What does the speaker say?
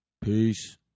Peace